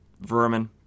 vermin